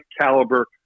caliber